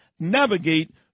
navigate